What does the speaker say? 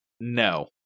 no